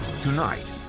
Tonight